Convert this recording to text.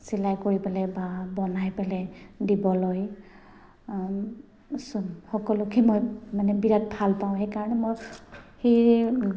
চিলাই কৰি পেলাই বা বনাই পেলাই দিবলৈ সকলোকে মই মানে বিৰাট ভাল পাওঁ সেইকাৰণে মই সেই